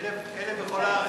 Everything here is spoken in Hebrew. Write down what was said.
1,000 בכל הארץ.